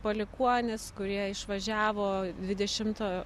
palikuonys kurie išvažiavo dvidešimto